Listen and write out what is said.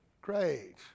Great